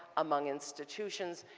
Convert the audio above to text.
among institutions,